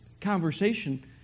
Conversation